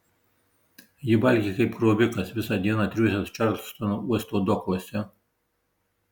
ji valgė kaip krovikas visą dieną triūsęs čarlstono uosto dokuose